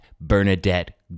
Bernadette